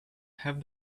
have